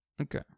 Okay